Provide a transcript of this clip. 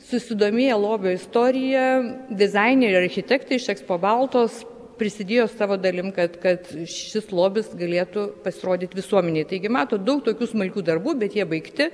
susidomėję lobio istorija dizaineriai architektai iš ekspo baltos prisidėjo savo dalim kad kad šis lobis galėtų pasirodyt visuomenei taigi matot daug tokių smulkių darbų bet jie baigti